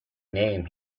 name